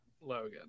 logan